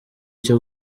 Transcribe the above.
cyo